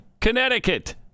Connecticut